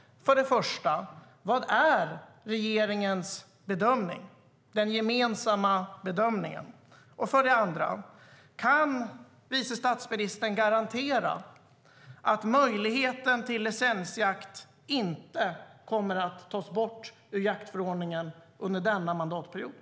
För det första: Vad är regeringens gemensamma bedömning? För det andra: Kan vice statsministern garantera att möjligheten till licensjakt inte kommer att tas bort ur jaktförordningen under denna mandatperiod?